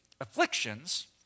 afflictions